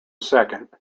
second